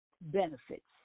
benefits